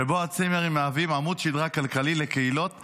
שבו הצימרים מהווים עמוד שדרה כלכלי לקהילות רבות.